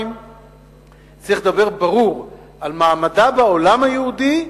צריך לדבר ברור על מעמדה בעולם היהודי,